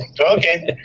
Okay